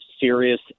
serious